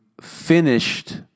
finished